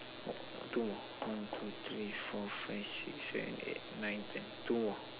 two more one two three four five six seven eight nine ten two more